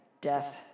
Death